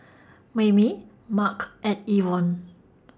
Mayme Marc and Yvonne